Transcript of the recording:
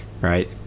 right